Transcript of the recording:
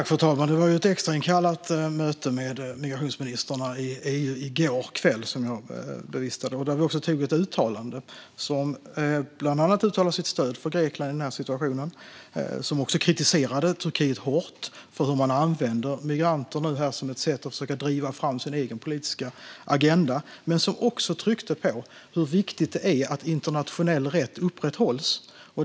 Fru talman! Det var ju ett extrainkallat möte med EU:s migrationsministrar i går kväll som jag bevistade. Där antog vi ett uttalande som bland annat uttalade vårt stöd för Grekland i den här situationen, som kritiserade Turkiet hårt för hur man använder migranter som ett sätt att försöka driva fram sin egen politiska agenda och som också tryckte på hur viktigt det är att internationell rätt upprätthålls.